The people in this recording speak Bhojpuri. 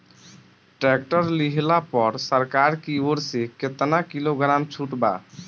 टैक्टर लिहला पर सरकार की ओर से केतना किलोग्राम छूट बा?